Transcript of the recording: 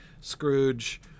Scrooge